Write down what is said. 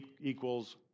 equals